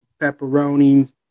pepperoni